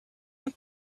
want